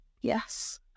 Yes